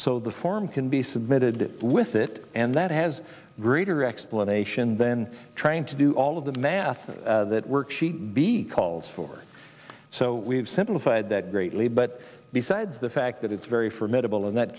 so the form can be submitted with it and that has greater explanation than trying to do all of the math that worksheet b calls for so we have simplified that greatly but besides the fact that it's very formidable and that